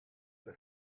the